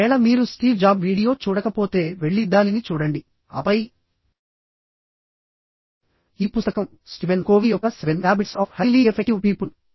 ఒకవేళ మీరు Steve Job video చూడకపోతే వెళ్లి దానిని చూడండి ఆపై ఈ పుస్తకం స్టీవెన్ కోవీ యొక్క seven habits of highly effective people